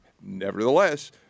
Nevertheless